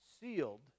sealed